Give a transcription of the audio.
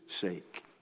sake